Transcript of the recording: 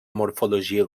morfologia